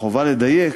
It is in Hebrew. חובה לדייק,